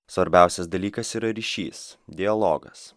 svarbiausias dalykas yra ryšys dialogas